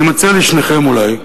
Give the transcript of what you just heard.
אני מציע לשניכם אולי,